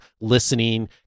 listening